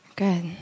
Good